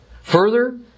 Further